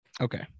okay